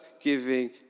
giving